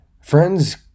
friends